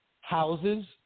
houses